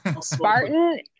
Spartan